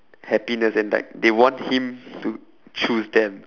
happiness and like they want him to choose them